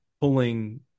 pulling